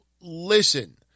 listen